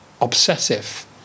obsessive